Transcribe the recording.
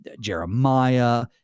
jeremiah